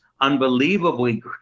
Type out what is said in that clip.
unbelievably